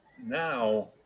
Now